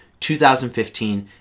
2015